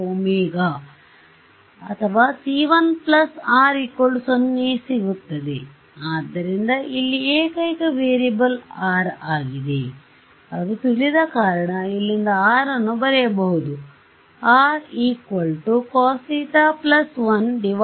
c 1 R 0 ಸಿಗುತ್ತದೆ ಆದ್ದರಿಂದ ಇಲ್ಲಿ ಏಕೈಕ ವೇರಿಯೇಬಲ್ R ಆಗಿದೆ ಅದು ತಿಳಿಯದ ಕಾರಣ ಇಲ್ಲಿಂದ R ಅನ್ನು ಬರೆಯಬಹುದುR cos θ1cos θ−1